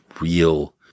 real